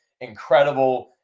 incredible